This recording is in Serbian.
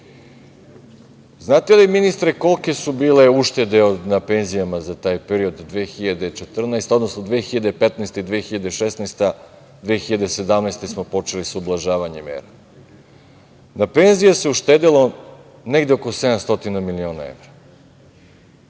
li, ministre, kolike su bile uštede na penzijama za taj period 2015/2016, 2017. godine, kada smo počeli sa ublažavanjem mera. Na penzijama se uštedelo negde oko 700 miliona evra.